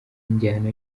injyana